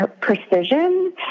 precision